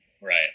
right